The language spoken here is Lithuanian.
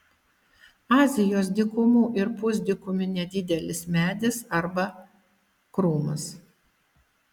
azijos dykumų ir pusdykumių nedidelis medis arba krūmas